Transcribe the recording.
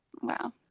Wow